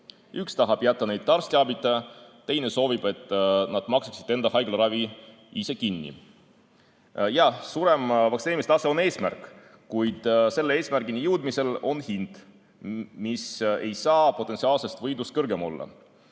Üks tahab jätta neid arstiabita, teine soovib, et nad maksaksid enda haiglaravi ise kinni. Jah, vaktsineerimise kõrgem tase on eesmärk, kuid selle eesmärgini jõudmisel on hind, mis ei saa potentsiaalsest võidust kõrgem olla.